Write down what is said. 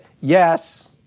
yes